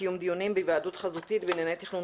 וקיום דיונים בהיוועדות חזותית בענייני תכנון